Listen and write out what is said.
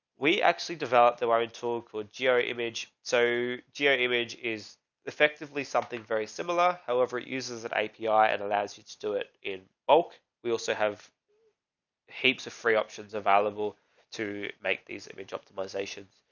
we actually developed the wiring tool called geo image. so geo image is effectively something very similar. however, it uses an api and allows you to do it in bulk. we also have heaps of free options available to make these image optimizations.